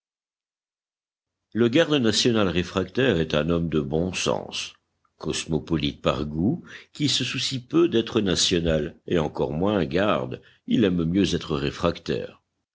le garde national réfractaire est un homme de bon sens cosmopolite par goût qui se soucie peu d'être national et encore moins garde il aime mieux être réfractaire